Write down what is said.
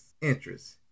interest